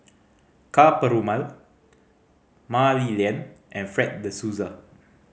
Ka Perumal Mah Li Lian and Fred De Souza